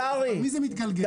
על מי זה מתגלגל?